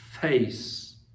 face